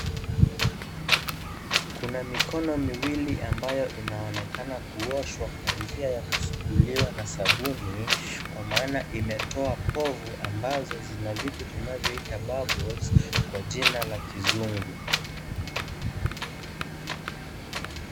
Kuna mikono miwili ambay inaonekana kuoshwa kwa njia ya kusuguliwa na sabuni kwa maana imetoa povu ambazo zina vitu tunavyoita bubbles[cs kwa jina la kizungu.